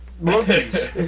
monkeys